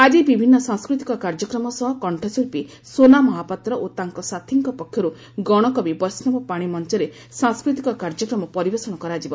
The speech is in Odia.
ଆକି ବିଭିନ୍ ସାଂସ୍କୃତିକ କାର୍ଯ୍ୟକ୍ରମ ସହ କଣ୍ଣଶିଚ୍ଚୀ ସୋନା ମହାପାତ୍ର ଓ ତାଙ୍କ ସାଥୀଙ୍କ ପକ୍ଷରୁ ଗଶକବି ବୈଷ୍ଡବ ପାଶି ମଞ୍ଚରେ ସାଂସ୍କୃତିକ କାର୍ଯ୍ୟକ୍ରମ ପରିବେଷଣ କରାଯିବ